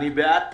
אני בעד תחרות.